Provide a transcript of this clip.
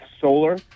solar